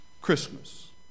Christmas